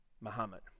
Muhammad